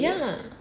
yeah lah